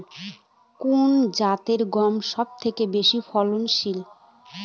কোন জাতের গম সবথেকে বেশি ফলনশীল?